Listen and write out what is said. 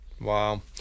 wow